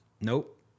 nope